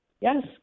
Yes